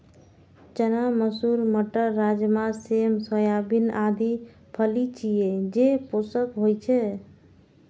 चना, मसूर, मटर, राजमा, सेम, सोयाबीन आदि फली छियै, जे पोषक होइ छै